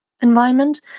environment